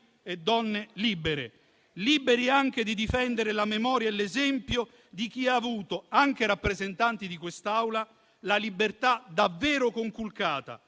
e donne liberi. Liberi anche di difendere la memoria e l'esempio di chi, anche rappresentanti di quest'Aula, ha avuto la libertà davvero conculcata,